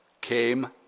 came